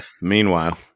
Meanwhile